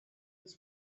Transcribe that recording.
was